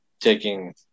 taking